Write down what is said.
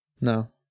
No